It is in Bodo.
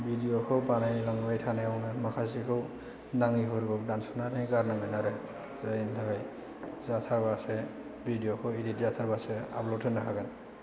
भिडिय'खौ बानायलांबाय थानायावनो माखासेखौ नाङिफोरखौ दानस'नानै गारनांगोन आरो जिरायनो थाखाय जाथारबासो भिडिय'खौ जाथारबासो आपलड होनो हागोन